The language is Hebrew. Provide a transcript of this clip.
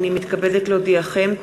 הנני מתכבדת להודיעכם,